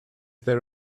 there